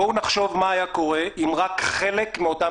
בואו נחשוב מה היה קורה אם רק חלק מאותם